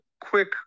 quick